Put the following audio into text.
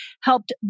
helped